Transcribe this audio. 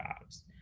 jobs